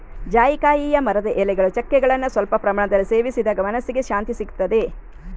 ಜಾಯಿಕಾಯಿಯ ಮರದ ಎಲೆಗಳು, ಚಕ್ಕೆಗಳನ್ನ ಸ್ವಲ್ಪ ಪ್ರಮಾಣದಲ್ಲಿ ಸೇವಿಸಿದಾಗ ಮನಸ್ಸಿಗೆ ಶಾಂತಿಸಿಗ್ತದೆ